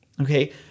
Okay